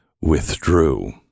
withdrew